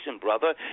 brother